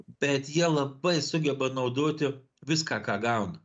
bet jie labai sugeba naudoti viską ką gauna